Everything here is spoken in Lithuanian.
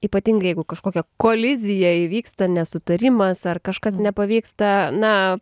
ypatingai jeigu kažkokia kolizija įvyksta nesutarimas ar kažkas nepavyksta na